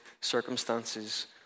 circumstances